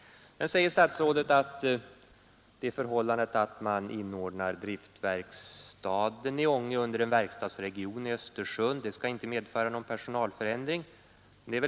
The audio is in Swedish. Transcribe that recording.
Sedan säger statsrådet att det förhållandet att man inordnar driftverkstaden i Ånge under en verkstadsregion i Östersund inte skall medföra någon personalförändring.